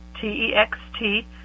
T-E-X-T